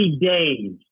days